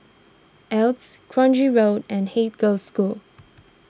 Altez Kranji Road and Haig Girls' School